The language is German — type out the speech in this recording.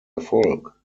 erfolg